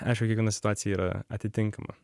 aišku kiekviena situacija yra atitinkama